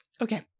Okay